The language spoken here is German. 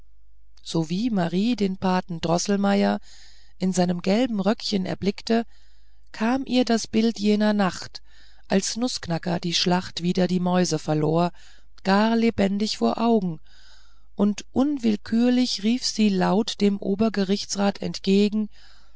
sowie marie den paten droßelmeier in seinem gelben röckchen erblickte kam ihr das bild jener nacht als nußknacker die schlacht wider die mäuse verlor gar lebendig vor augen und unwillkürlich rief sie laut dem obergerichtsrat entgegen